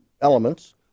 elements